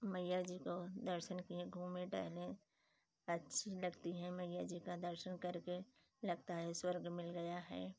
मैया जी को दर्शन किए घूमे टहलें अच्छी लगती हैं मैया जी का दर्शन करके लगता है स्वर्ग मिल गया है